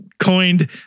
Coined